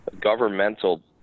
governmental